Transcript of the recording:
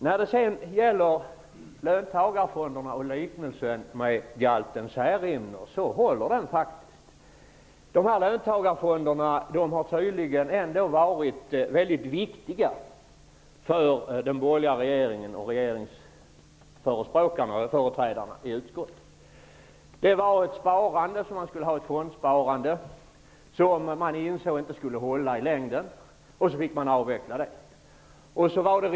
När det gäller löntagarfonderna och liknelsen med galten Särimner, håller den faktiskt. Löntagarfonderna har tydligen ändå varit mycket viktiga för den borgerliga regeringen och dess företrädare i utskotten. Sparandet, som man skulle ha i fonder, insåg man inte skulle hålla i längden. Och så fick man avveckla det.